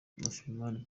afrifame